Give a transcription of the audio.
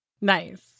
Nice